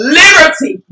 liberty